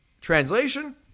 Translation